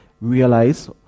realize